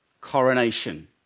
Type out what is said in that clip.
coronation